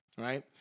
Right